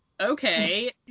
Okay